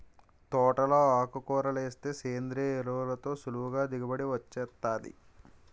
తోటలో ఆకుకూరలేస్తే సేంద్రియ ఎరువులతో సులువుగా దిగుబడి వొచ్చేత్తాది